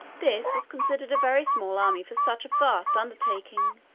this was considered a very small army for such a vast undertaking.